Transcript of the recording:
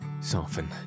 soften